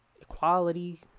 equality